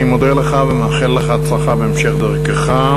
אני מודה לך ומאחל לך הצלחה בהמשך דרכך.